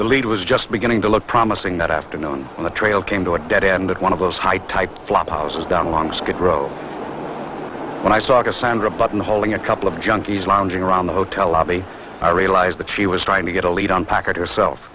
the lead was just beginning to look promising that afternoon and the trail came to a dead end of one of those high type flop houses down along skid row when i saw cassandra buttonholing a couple of junkies lounging around the hotel lobby i realize is that she was trying to get a lead on packet hersel